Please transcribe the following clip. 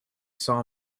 saw